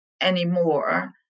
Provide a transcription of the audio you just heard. anymore